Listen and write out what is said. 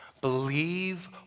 Believe